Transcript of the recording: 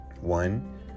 One